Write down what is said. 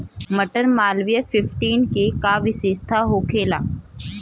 मटर मालवीय फिफ्टीन के का विशेषता होखेला?